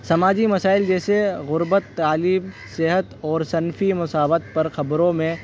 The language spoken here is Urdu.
سماجی مسائل جیسے غربت تعلیم صحت اور صنفی مساوت پر خبروں میں